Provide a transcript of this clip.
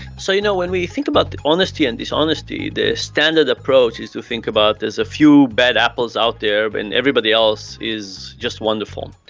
so you know when we think about honesty and dishonesty, the standard approach is to think about there's a few bad apples out there but and everybody else is just wonderful.